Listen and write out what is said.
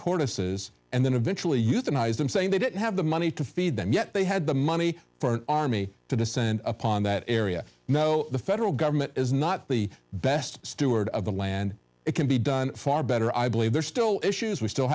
tortoises and then eventually euthanized them saying they didn't have the money to feed them yet they had the money for an army to descend upon that area know the federal government is not the best steward of the land it can be done far better i believe there are still issues we still